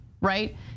right